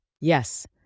Yes